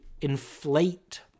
inflate